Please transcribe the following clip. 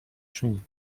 czynić